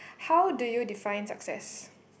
how do you define success